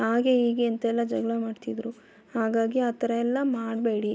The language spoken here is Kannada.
ಹಾಗೆ ಹೀಗೆ ಅಂತೆಲ್ಲ ಜಗಳ ಮಾಡ್ತಿದ್ದರು ಹಾಗಾಗಿ ಆ ಥರ ಎಲ್ಲ ಮಾಡಬೇಡಿ